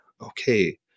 okay